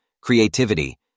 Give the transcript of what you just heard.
creativity